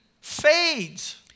fades